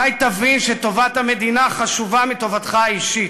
מתי תבין שטובת המדינה חשובה מטובתך האישית?